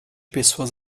pessoas